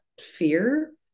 fear